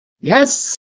Yes